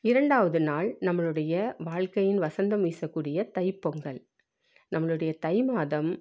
இரண்டாவது நாள் நம்மளுடைய வாழ்க்கையின் வசந்தம் வீசக்கூடிய தைப்பொங்கல் நம்மளுடைய தைமாதம்